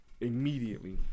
immediately